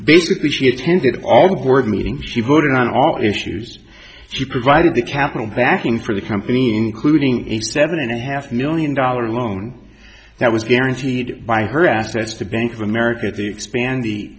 basically she attended all the board meeting she voted on all issues she provided the capital backing for the company including a seven and a half million dollar loan that was guaranteed by her assets to bank of america to expand the